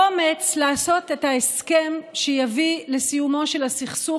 אומץ לעשות את ההסכם שיביא לסיומו של הסכסוך